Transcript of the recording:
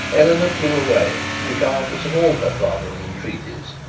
eleanor fled away, regardless of all her father's entreaties.